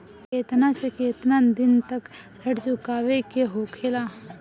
केतना से केतना दिन तक ऋण चुकावे के होखेला?